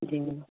जी